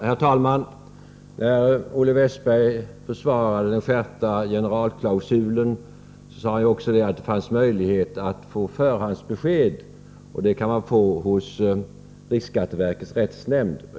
Herr talman! Olle Westberg försvarade den skärpta generalklausulen och sade att det finns möjligheter till förhandsbesked. Det kan man få hos riksskatteverkets rättsnämnd.